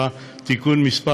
(תיקון מס'